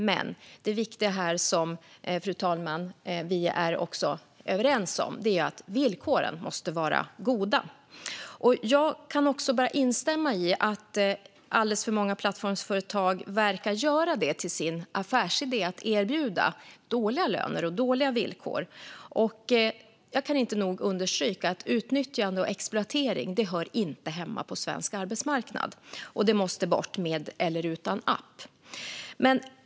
Men det viktiga här, fru talman, som vi är överens om är att villkoren måste vara goda. Jag kan bara instämma i att alldeles för många plattformsföretag verkar göra det till sin affärsidé att erbjuda dåliga löner och dåliga villkor. Jag kan inte nog understryka att utnyttjande och exploatering inte hör hemma på svensk arbetsmarknad. Det måste bort, med eller utan app.